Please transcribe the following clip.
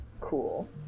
Cool